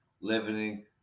living